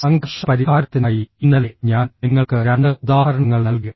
സംഘർഷ പരിഹാരത്തിനായി ഇന്നലെ ഞാൻ നിങ്ങൾക്ക് രണ്ട് ഉദാഹരണങ്ങൾ നൽകി